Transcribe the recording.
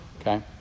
Okay